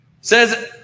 says